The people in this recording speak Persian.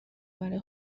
برای